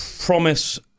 promise